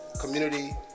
community